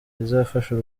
izafasha